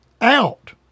out